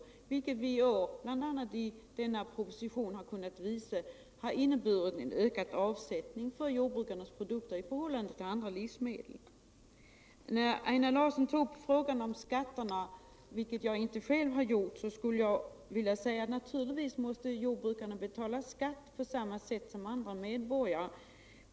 Det har i år — det visas bl.a. i den föreliggande proposilionen — inneburit en ökad avsättning för jordbrukarnas produkter i förhållande till andra livsmedel. När Einar Larsson nu tog upp frågan om skatterna, vilket jag inte själv har gjort, skulle jag vilja säga att naturligtvis måste jordbrukarna betala skatt på samma säll som andra medborgare.